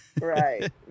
Right